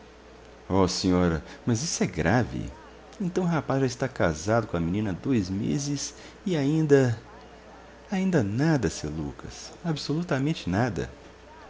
oh senhora mas isso é grave então o rapaz já está casado com a menina há dois meses e ainda ainda nada seu lucas absolutamente nada